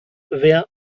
wer